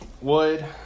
Wood